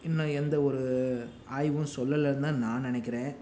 இன்னும் எந்த ஒரு ஆய்வும் சொல்லலைன்னு தான் நான் நினைக்கிறேன்